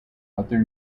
other